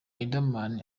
riderman